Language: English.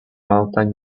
mountain